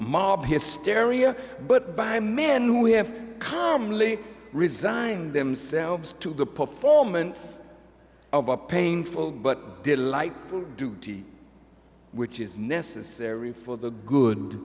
mob hysteria but by men who have calmly resigned themselves to the performance of a painful but delightful duty which is necessary for the good